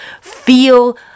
feel